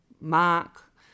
mark